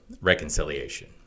reconciliation